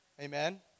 Amen